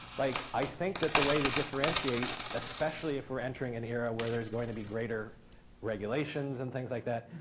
like i think that the way to differentiate, especially if we're entering an era where there's going to be greater regulations and things like that,